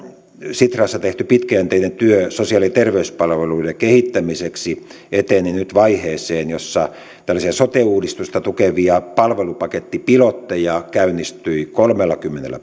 sitrassa tehty pitkäjänteinen työ sosiaali ja terveyspalveluiden kehittämiseksi eteni nyt vaiheeseen jossa tällaisia sote uudistusta tukevia palvelupakettipilotteja käynnistyi kolmellakymmenellä